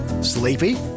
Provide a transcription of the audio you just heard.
Sleepy